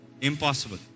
Impossible